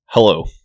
Hello